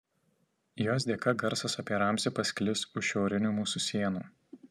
jos dėka garsas apie ramzį pasklis už šiaurinių mūsų sienų